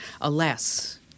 Alas